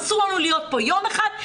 אסור לנו להיות פה יום אחד,